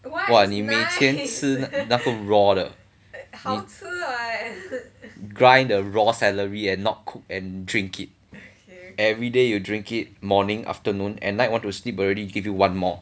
!wah! 你每天吃那个 raw 的你 grind the raw celery and not cook and drink it everyday you drink it morning afternoon at night want to sleep already give you one more